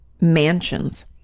mansions